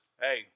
hey